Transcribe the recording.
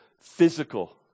Physical